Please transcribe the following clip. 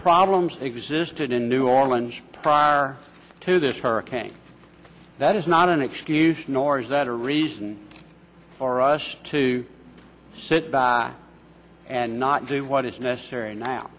problems existed in new orleans prior to this hurricane that is not an excuse nor is that a reason for us to sit back and not do what is necessary now